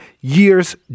years